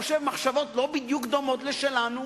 חושב מחשבות לא בדיוק דומות לשלנו.